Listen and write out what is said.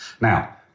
now